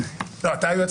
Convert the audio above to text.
ולכן אני אומרת,